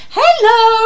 hello